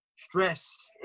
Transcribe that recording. stress